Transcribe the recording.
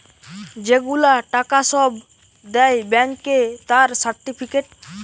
যে গুলা টাকা সব দেয় ব্যাংকে তার সার্টিফিকেট